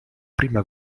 prima